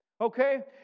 okay